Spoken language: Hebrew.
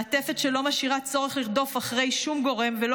מעטפת שלא משאירה צורך לרדוף אחרי שום גורם ולא